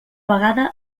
vegada